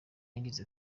yagize